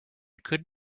could